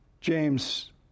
James